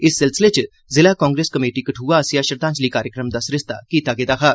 इस सिलसिले च जिला कांग्रेस कमेटी कठुआ आसेआ श्रद्दांजलि कार्यक्रम दा सरिस्ता कीता गेदा हा